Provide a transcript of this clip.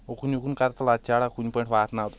اوٚکُن یِکُن کر تہٕ لچہِ چارا کُنہِ پٲٹھۍ واتناو تہٕ